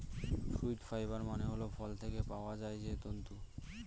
fruit fibre মানে হল ফল থেকে পাওয়া যায় যে তন্তু